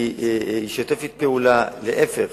אני אשתף פעולה, ולהיפך,